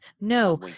No